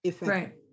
Right